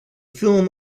film